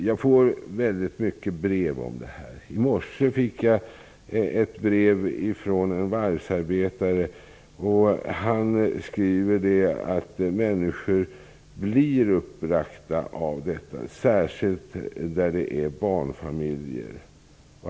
Jag får många brev om detta. I morse fick jag ett brev från en varvsarbetare. Han skriver att människor blir uppbragta, särskilt när det är fråga om barnfamiljer.